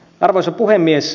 arvoisa puhemies